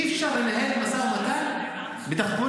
אי-אפשר לנהל משא ומתן בדחפורים.